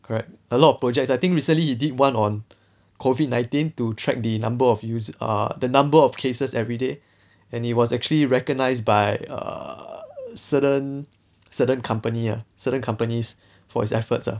correct a lot of projects I think recently he did one on COVID nineteen to track the number of use err the number of cases every day and he was actually recognised by a certain certain company ah certain companies for his efforts ah